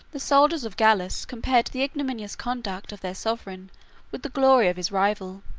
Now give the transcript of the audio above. the soldiers of gallus compared the ignominious conduct of their sovereign with the glory of his rival.